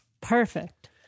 Perfect